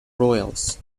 royals